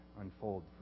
unfold